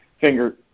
finger